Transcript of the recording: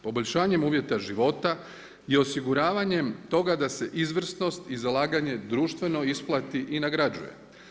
Poboljšanjem uvjeta života i osiguravanjem toga da se izvrsnost i zalaganje društveno isplati i nagrađuje.